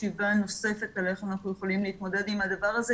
חשיבה נוספת על איך אנחנו יכולים להתמודד עם הדבר הזה,